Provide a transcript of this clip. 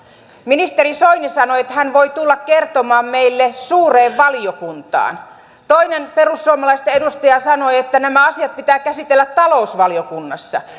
ministeri soini sanoi että hän voi tulla kertomaan meille suureen valiokuntaan toinen perussuomalaisten edustaja sanoi että nämä asiat pitää käsitellä talousvaliokunnassa